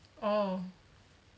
oh